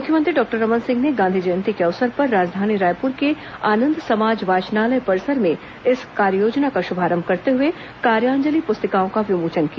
मुख्यमंत्री डॉक्टर रमन सिंह ने गांधी जयंती के अवसर पर राजधानी रायपुर के आनंद समाज वाचनालय परिसर में इस कार्ययोजना का शुभारंभ करते हुए कार्याजलि पुस्तिकाओं का विमोचन किया